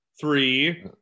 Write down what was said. Three